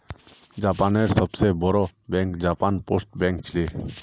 जापानेर सबस बोरो बैंक जापान पोस्ट बैंक छिके